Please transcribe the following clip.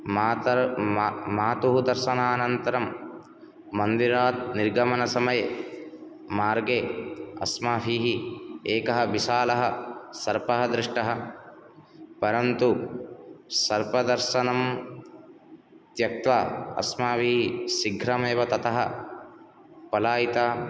मातुः दर्शनानन्तरं मन्दिरात् निर्गमन समये मार्गे अस्माभिः एकः विशालः सर्पः दृष्टः परन्तु सर्पदर्शनं त्यक्त्वा अस्माभिः शीघ्रमेव ततः पलयिता